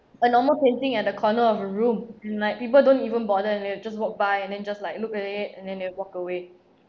a normal painting at the corner of a room like people don't even bother they'll just walk by and then just like look at it and then they walk away